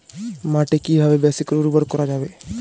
মাটি কিভাবে বেশী করে উর্বর করা যাবে?